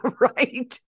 Right